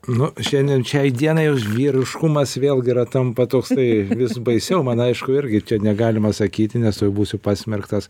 nu šiandien šiai dienai už vyriškumas vėlgi yra tampa toksai vis baisiau man aišku irgi negalima sakyti nes aš būsiu pasmerktas